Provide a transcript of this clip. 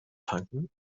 tanken